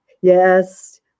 yes